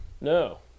No